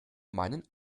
meinen